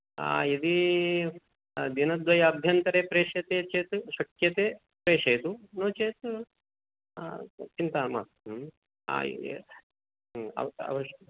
यदी दिनद्वयाभ्यन्तरे प्रेष्यते चेत् शक्यते प्रेषयतु नो चेत् चिन्ता मास्तु अवश् अवश्यम्